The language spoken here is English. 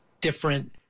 different